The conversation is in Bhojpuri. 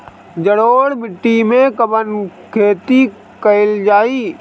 जलोढ़ माटी में कवन खेती करल जाई?